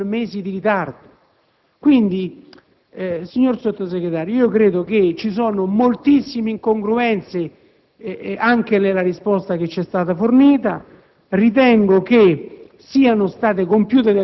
potrebbe non essere corrisposto affatto o solo con mesi di ritardo. Credo quindi, signor Sottosegretario, che vi siano moltissime incongruenze anche nella risposta che ci è stata fornita.